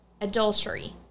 adultery